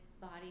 body